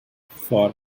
for